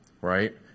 right